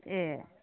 ए